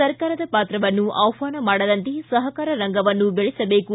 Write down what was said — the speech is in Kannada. ಸರ್ಕಾರದ ಪಾತ್ರವನ್ನು ಆಹ್ವಾನ ಮಾಡದಂತೆ ಸಹಕಾರ ರಂಗವನ್ನು ಬೆಳೆಸಬೇಕು